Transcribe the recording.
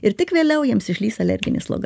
ir tik vėliau jiems išlįs alerginė sloga